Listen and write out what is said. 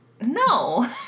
No